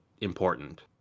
important